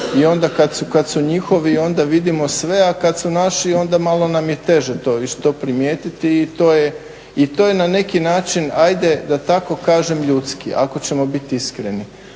I onda kad su njihovi onda vidimo sve, a kad su naši onda malo nam je teže to i primijetiti i to je na neki način hajde da tako kažem ljudski ako ćemo biti iskreni.